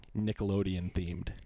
Nickelodeon-themed